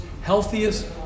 healthiest